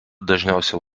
dažniausiai